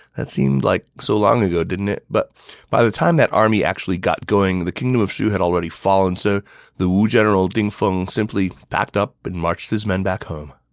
that seemed like so long ago, didn't it? but by the time that army got going, the kingdom of shu had already fallen, so the wu general ding feng simply packed up and marched his men back home.